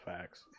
Facts